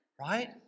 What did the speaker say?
right